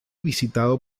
visitado